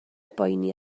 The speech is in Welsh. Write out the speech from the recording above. boeni